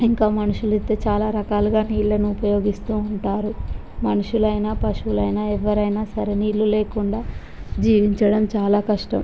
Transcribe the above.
ఇంకా మనుషులు అయితే చాలా రకాలుగా నీళ్ళను ఉపయోగిస్తూ ఉంటారు మనుషులైనా పశువులైనా ఎవరైనా సరే నీళ్ళు లేకుండా జీవించడం చాలా కష్టం